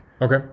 Okay